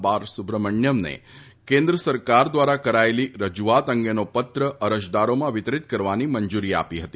બાલસુબ્રમણ્યમને કેન્દ્ર સરકાર દ્વારા કરાયેલી રજૂઆત અંગેનો પત્ર અરજદારોમાં વિતરીત કરવાની મંજૂરી આપી હતી